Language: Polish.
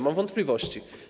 Mam wątpliwości.